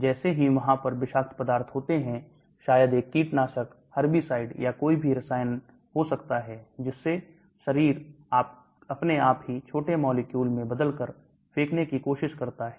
जैसे ही वहां पर विषाक्त पदार्थ होते हैं शायद एक कीटनाशक herbicide या कोई भी रसायन हो सकता है जिससे शरीर अपने आप ही छोटे मॉलिक्यूल में बदलकर फेंकने की कोशिश करता है